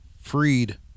Freed